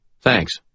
Thanks